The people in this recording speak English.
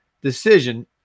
decision